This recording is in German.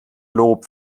lob